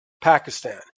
Pakistan